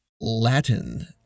Latin